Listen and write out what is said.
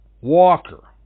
Walker